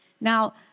Now